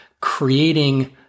creating